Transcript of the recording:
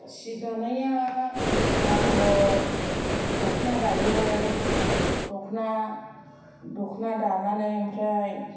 सि दानाया आगर दखना दायो दखना दखना दानानै ओमफ्राय